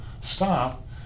stop